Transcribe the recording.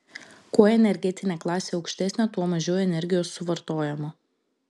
kuo energetinė klasė aukštesnė tuo mažiau energijos suvartojama